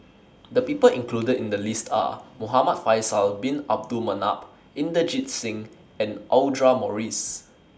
The People included in The list Are Muhamad Faisal Bin Abdul Manap Inderjit Singh and Audra Morrice